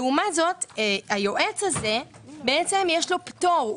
לעומת זאת, היועץ הזה, יש לו פטור.